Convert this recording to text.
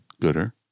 gooder